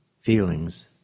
feelings